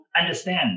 understand